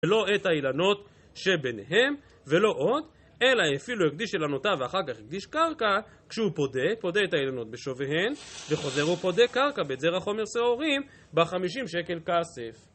ולא את האילנות שביניהם, ולא עוד, אלא אפילו יקדיש אילנותיו, ואחר כך יקדיש קרקע, כשהוא פודה, פודה את האילנות בשוויהן, וחוזר ופודה קרקע בזרע חומר שעורים, ב-50 שקל כסף.